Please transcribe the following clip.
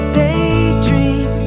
daydream